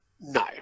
No